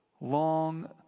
long